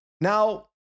Now